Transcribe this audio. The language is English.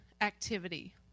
activity